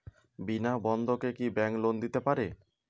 বিনা বন্ধকে কি bank loan দিতে পারে?